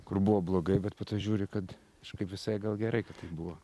kur buvo blogai bet po to žiūri kad kažkaip visai gal gerai kad taip buvo